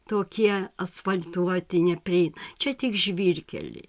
tokie asfaltuoti nepriei čia tik žvyrkeliai